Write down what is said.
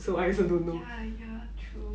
ya ya true